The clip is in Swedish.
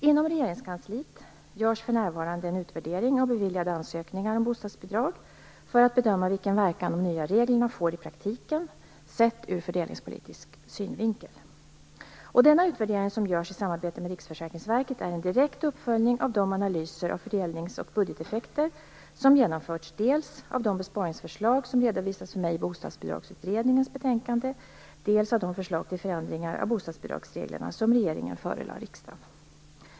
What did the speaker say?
Inom Regeringskansliet görs för närvarande en utvärdering av beviljade ansökningar om bostadsbidrag för att bedöma vilken verkan de nya reglerna får i praktiken sett ur fördelningspolitisk synvinkel. Denna utvärdering, som görs i samarbete med Riksförsäkringsverket, är en direkt uppföljning av de analyser av fördelnings och budgeteffekter som genomförts dels av de besparingsförslag som redovisats för mig i bostadsbidragsutredningens betänkande, dels av de förslag till förändringar av bostadsbidragsreglerna som regeringen förelade riksdagen.